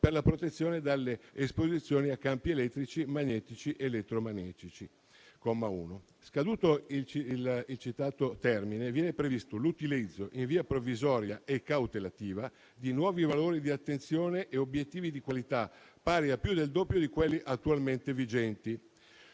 per la protezione dalle esposizioni a campi elettrici, magnetici ed elettromagnetici (comma 1). Scaduto il citato termine, viene previsto l'utilizzo, in via provvisoria e cautelativa, di nuovi valori di attenzione e obiettivi di qualità pari a più del doppio di quelli attualmente vigenti